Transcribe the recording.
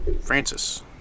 Francis